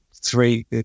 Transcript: three